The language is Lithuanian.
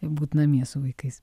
būt namie su vaikais